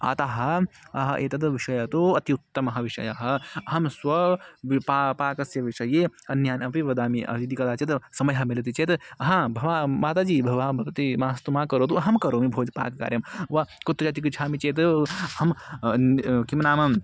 अतः एतद् विषयः तु अत्युत्तमः विषयः अहं स्व ब् पा पाकस्य विषये अन्यान् अपि वदामि इति कदाचित् समयः मिलति चेद् भवती माताजि भवान् वदति मास्तु मा करोतु अहं करोमि भोजनं पाककार्यं वा कुत्र गच्छामि चेद् हं किं नाम